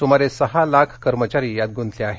सुमारे सहा लाख कर्मचारी यात गुंतले आहेत